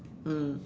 mm